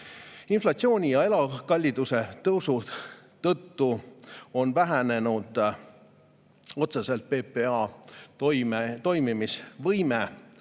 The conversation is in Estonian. Inflatsiooni ja elukalliduse tõusu tõttu on vähenenud otseselt PPA toimimisvõime.